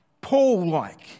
Paul-like